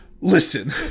listen